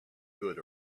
good